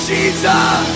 Jesus